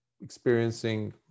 experiencing